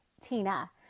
tina